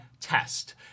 test